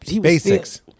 Basics